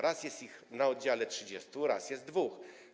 Raz jest ich na oddziale 30, raz jest dwóch.